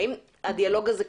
האם הדיאלוג הזה קרה?